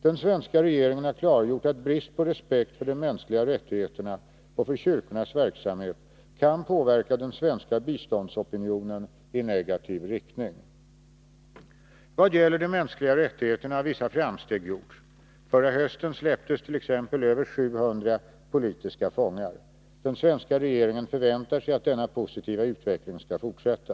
Den svenska regeringen har klargjort att brist på respekt för de mänskliga rättigheterna och för kyrkornas verksamhet kan påverka den svenska biståndsopinionen i negativ riktning. Vad beträffar de mänskliga rättigheterna har vissa framsteg gjorts. Förra hösten släpptes t.ex. över 700 politiska fångar. Den svenska regeringen förväntar sig att denna positiva utveckling skall fortsätta.